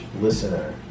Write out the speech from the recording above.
listener